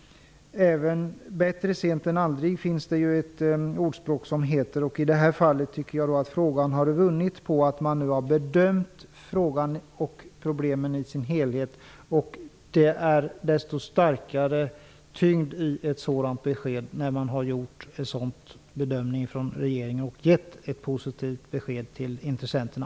Bättre sent än aldrig, säger ju ordspråket. I det här fallet tycker jag alltså att man har vunnit på att frågan och problemet har bedömts i sin helhet. Det finns desto mer av tyngd i ett besked där regeringen har gjort en sådan bedömning och också gett ett positivt besked till intressenterna.